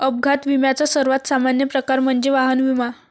अपघात विम्याचा सर्वात सामान्य प्रकार म्हणजे वाहन विमा